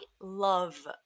love